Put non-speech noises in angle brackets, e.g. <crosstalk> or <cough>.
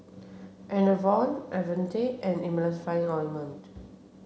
Enervon <unintelligible> and Emulsying ointment